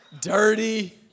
Dirty